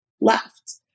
left